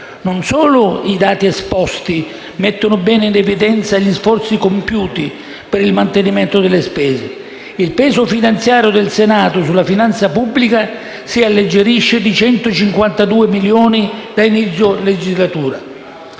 non solo: i dati esposti mettono bene in evidenza gli sforzi compiuti per il contenimento delle spese. Il peso finanziario del Senato sulla finanza pubblica si alleggerisce di 152 milioni da inizio legislatura: